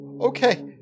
Okay